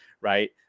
right